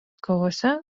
kovose